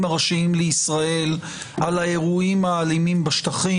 הראשיים לישראל על האירועים האלימים בשטחים.